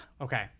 Okay